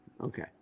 Okay